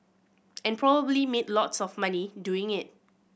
and probably made lots of money doing it